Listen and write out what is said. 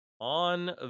on